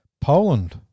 Poland